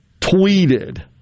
tweeted